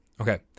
Okay